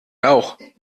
lauch